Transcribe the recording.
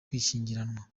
gushyingiranwa